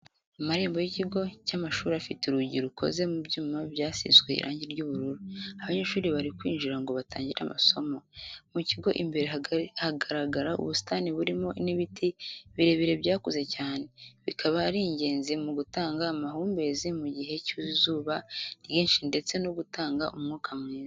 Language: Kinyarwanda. Amarembo y'ikigo cy'amashuri afite urugi rukoze mu byuma byasizwe irangi ry'ubururu, abanyeshuri bari kwinjira ngo batangire amasomo, mu kigo imbere hagaragara ubusitani burimo n'ibiti birebire byakuze cyane, bikaba ari ingenzi mu gutanga amahumbezi mu gihe cy'izuba ryinshi ndetse no gutanga umwuka mwiza.